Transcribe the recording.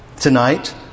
tonight